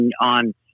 on